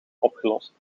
opgelost